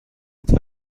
وقتی